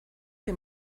que